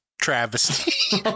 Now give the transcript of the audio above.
travesty